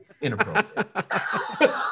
Inappropriate